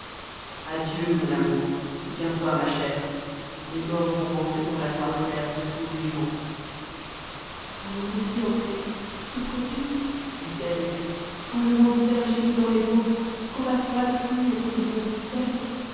adieu mon amour souviens-toi ma chère i les morts vont rentrer dans la noire terre jusqu'au oh mon fiancé souffres-tu dit-elle quand le vent driver gémit dans les bois quand la froide pluie aux tombeaux